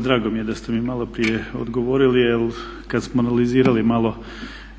drago mi je da ste mi malo prije odgovorili jer kada smo analizirali malo